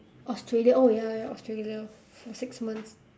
australia oh ya ya australia for six months